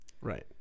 right